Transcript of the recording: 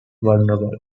vulnerable